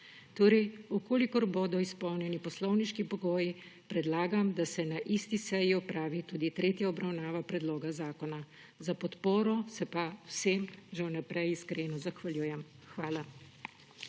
po Sloveniji. Če bodo izpolnjeni poslovniški pogoji, predlagam, da se na isti seji opravi tudi tretja obravnava predloga zakona. Za podporo se vsem že vnaprej iskreno zahvaljujem. Hvala.